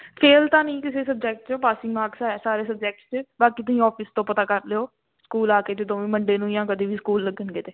fail ਤਾਂ ਨਹੀਂ ਕਿਸੇ ਸਬਜੈਕਟ 'ਚੋਂ ਪਾਸਿੰਗ ਮਾਰਕਸ ਆਏ ਸਾਰੇ ਸਬਜੈਕਟਸ 'ਚ ਬਾਕੀ ਤੁਸੀਂ ਔਫਿਸ ਤੋਂ ਪਤਾ ਕਰ ਲਿਓ ਸਕੂਲ ਆ ਕੇ ਜਦੋਂ ਵੀ ਮੰਡੇ ਨੂੰ ਜਾਂ ਕਦੇ ਵੀ ਸਕੂਲ ਲੱਗਣਗੇ ਤਾਂ